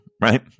right